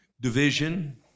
division